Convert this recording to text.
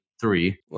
three